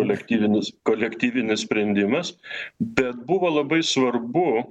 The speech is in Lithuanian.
kolektyvinis kolektyvinis sprendimas bet buvo labai svarbu